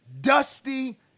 Dusty